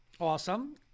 Awesome